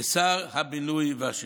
כשר הבינוי והשיכון.